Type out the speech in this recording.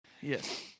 Yes